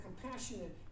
compassionate